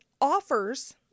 offers